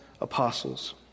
apostles